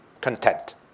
content